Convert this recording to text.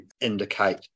indicate